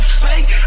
fake